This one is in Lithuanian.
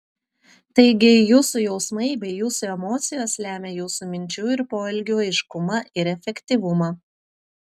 taigi jūsų jausmai bei jūsų emocijos lemia jūsų minčių ir poelgių aiškumą ir efektyvumą